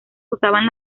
usaban